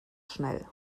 schnell